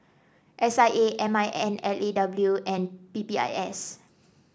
S I A M I N L A W and P P I S